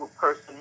person